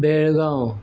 Belgaum